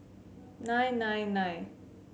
nine nine nine